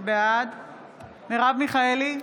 בעד מרב מיכאלי,